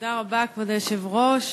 תודה רבה, כבוד היושב-ראש.